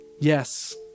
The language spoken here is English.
Yes